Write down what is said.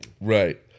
right